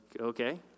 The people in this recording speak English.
okay